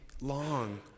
long